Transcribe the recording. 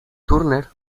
turner